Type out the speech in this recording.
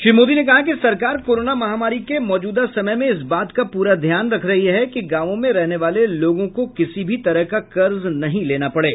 श्री मोदी ने कहा कि सरकार कोरोना महामारी के मौजूदा समय में इस बात का पूरा ध्यान रख रही है कि गांवों में रहने वाले लोगों को किसी भी तरह का कर्ज न लेना पड़े